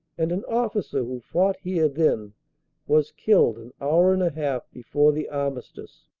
and an officer who fought here then was killed an hour and a half before the armistice.